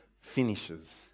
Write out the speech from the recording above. finishes